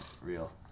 Real